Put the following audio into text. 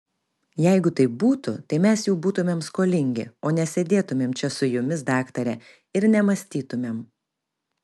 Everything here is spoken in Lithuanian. jeigu taip būtų tai mes jau būtumėm skolingi o nesėdėtumėm čia su jumis daktare ir nemąstytumėm